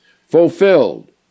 Fulfilled